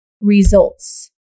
results